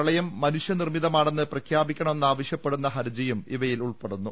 പ്രളയം മനുഷ്യ നിർമ്മിതമാണെന്ന് പ്രഖ്യാപിക്കണമെന്നാവശ്യപ്പെടുന്ന ഹർജിയും ഇവയിൽ ഉൾപ്പെടുന്നു